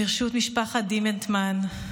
ברשות משפחת דימנטמן,